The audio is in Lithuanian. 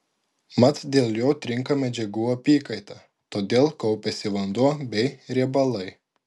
mat dėl jo trinka medžiagų apykaita todėl kaupiasi vanduo bei riebalai